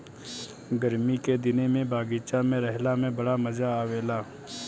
गरमी के दिने में बगीचा में रहला में बड़ा मजा आवेला